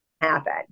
happen